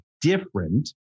different